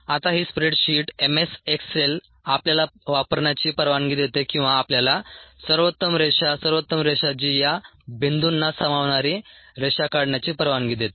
आता ही spreadsheet M S Excel आपल्याला वापरण्याची परवानगी देते किंवा आपल्याला सर्वोत्तम रेषा सर्वोत्तम रेषा जी या बिंदूंना समावणारी रेषा काढण्याची परवानगी देते